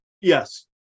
yes